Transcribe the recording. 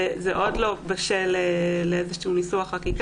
זה עוד לא בשל לאיזשהו ניסוח חקיקה.